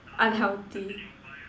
unhealthy